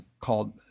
called